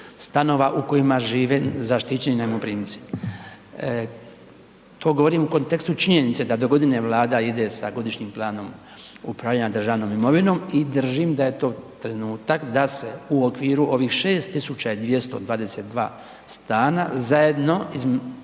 stanova u kojima žive zaštićeni najmoprimci. To govorim u kontekstu činjenice da do godine Vlada ide sa Godišnjim planom upravljanja državnom imovinom i držim da je to trenutak da se u okviru ovih 6 222 stana zajedno u